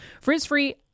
Frizz-free